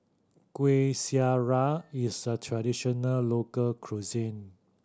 Kuih Syara is a traditional local cuisine